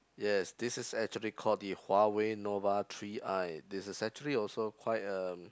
yes this is actually called the Huawei Nova three I this is actually also quite um